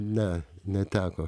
ne neteko